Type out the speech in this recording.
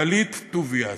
גלית טוביאס,